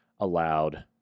allowed